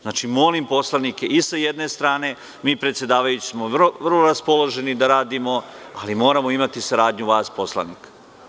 Znači, molim poslanike i sa jedne strane, mi predsedavajući smo vrlo raspoloženo da radimo, ali moramo imati saradnju vas poslanika.